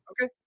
Okay